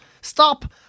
Stop